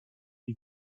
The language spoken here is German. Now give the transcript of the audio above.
die